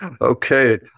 Okay